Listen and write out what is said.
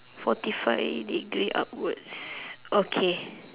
forty five degree upwards okay